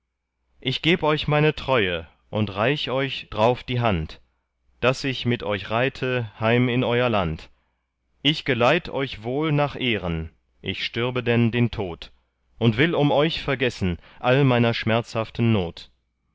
ich geb euch meine treue und reich euch drauf die hand daß ich mit euch reite heim in euer land ich geleit euch wohl nach ehren ich stürbe denn den tod und will um euch vergessen all meiner schmerzhaften not